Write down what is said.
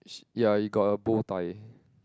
ya he got a bowtie